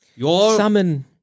summon